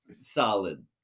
solid